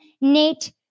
Nate